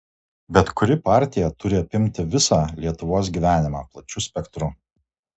bet kuri partija turi apimt visą lietuvos gyvenimą plačiu spektru